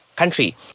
country